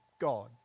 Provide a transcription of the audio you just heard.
God